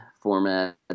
format